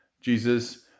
Jesus